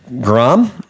Grom